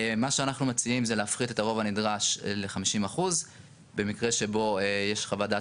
מה שאנחנו מציעים זה להפחית את הרוב הנדרש ל-50% במקרה שבו יש חוות דעת